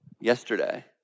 Yesterday